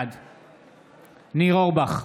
בעד ניר אורבך,